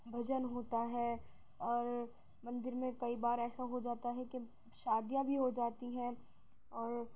بھجن ہوتا ہے اور مندر میں کئی بار ایسا ہو جاتا ہے کہ شادیاں بھی ہو جاتی ہیں اور